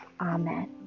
Amen